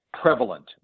prevalent